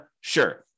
Sure